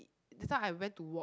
that time I went to walk